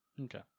Okay